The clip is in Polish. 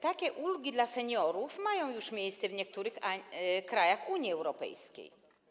Takie ulgi dla seniorów mają już miejsce w niektórych krajach Unii Europejskiej.